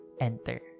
enter